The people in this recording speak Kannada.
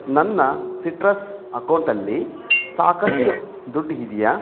ನನ್ನ ಸಿಟ್ರಸ್ ಅಕೌಂಟಲ್ಲಿ ಸಾಕಷ್ಟು ದುಡ್ಡು ಇದೆಯಾ